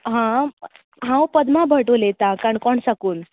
हां हांव पदमा भट उलयतां काणकोण साकून